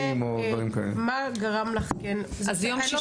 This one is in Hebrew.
מה גרם לך כן --- רגע,